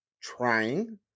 trying